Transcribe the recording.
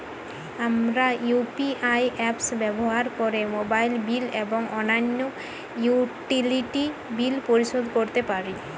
আমরা UPI apps ব্যবহার করে মোবাইল বিল এবং অন্যান্য ইউটিলিটি বিল পরিশোধ করতে পারি